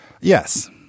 Yes